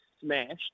smashed